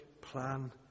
plan